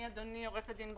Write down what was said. שאנחנו קוראים תקנות ההפעלה,